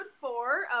four